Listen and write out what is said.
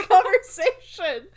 Conversation